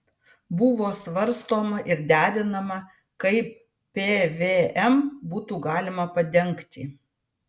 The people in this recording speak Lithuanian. buvo svarstoma ir derinama kaip pvm būtų galima padengti